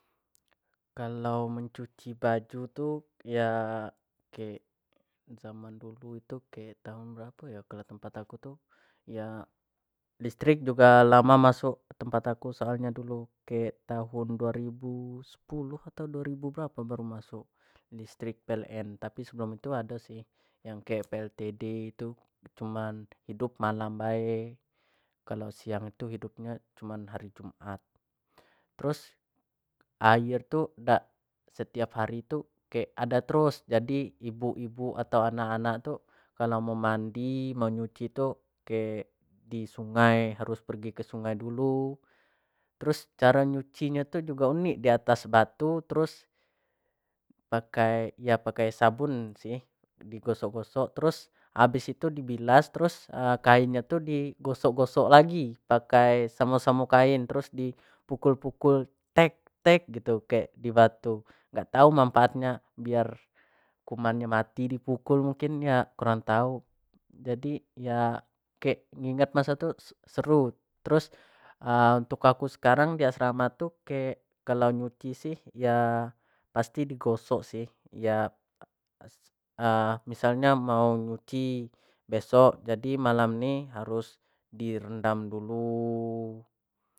Kalau mencuci baju tuh ya kek zaman dulu itu kayak tahun berapa ya kelas 4 aku tuh ya listrik juga lama masuk ke tempat aku soalnya dulu ke tahun 2010 atau 2000 berapa baru masuk listrik pln tapi sebelum itu ada sih yang kayak pldd itu cuman hidup malam bae kalau siang itu hidupnya cuman hari jumat terus air tuh nggak setiap hari itu kayak ada terus jadi ibu-ibu atau anak-anak tuh kalau mau mandi mau nyuci tuh kayak di sungai harus pergi ke sungai dulu terus cara nyucinya tuh juga unik di atas batu terus pakai yang pakai sabun sih digosok-gosok terus habis itu dibilas terus kainnya tuh digosok-gosok lagi pakai sama-sama kain terus dipukul-pukul teks-tek gitu kayak dibantu nggak tahu manfaatnya biar kumannya mati dipukul mungkin ya kurang tahu jadi ya ingat masa itu seru terus untuk aku sekarang di asrama tuh kek kalau nyuci sih ya pasti digosok sih ya misalnya mau nyuci besok jadi malam ini harus direndam dulu